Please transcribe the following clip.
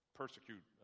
persecute